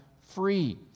free